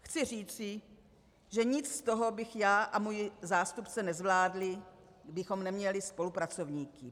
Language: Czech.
Chci říci, že nic z toho bychom já a můj zástupce nezvládli, kdybychom neměli spolupracovníky.